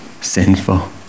sinful